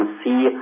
see